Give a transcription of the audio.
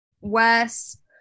Wes